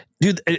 Dude